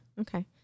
Okay